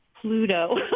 Pluto